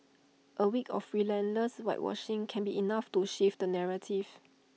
A week of relentless whitewashing can be enough to shift the narrative